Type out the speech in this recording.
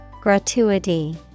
Gratuity